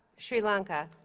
sri lanka